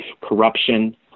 corruption